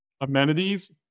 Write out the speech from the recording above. amenities